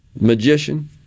Magician